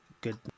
good